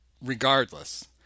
regardless